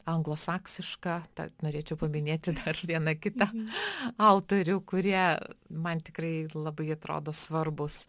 anglosaksiška tad norėčiau paminėti vieną kitą autorių kurie man tikrai labai atrodo svarbūs